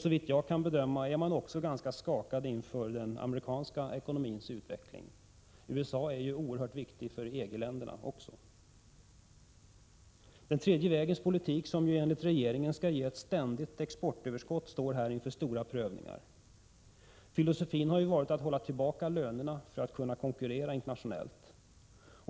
Såvitt jag kan bedöma är man också ganska skakad av den amerikanska ekonomins utveckling. USA är ju en oerhört viktig marknad även för EG-länderna. Den tredje vägens politik, som enligt regeringen skall ge ett ständigt exportöverskott, står här inför svåra prövningar. Filosofin har varit att hålla tillbaka lönerna för att vi skall kunna konkurrera internationellt.